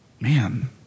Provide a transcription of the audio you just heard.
Man